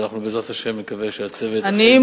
ואנחנו בעזרת השם נקווה שהצוות אכן יביא מזור למצוקות.